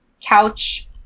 couch